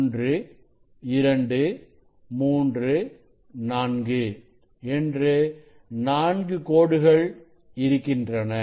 1 2 3 4 என்று நான்கு கோடுகள் இருக்கின்றன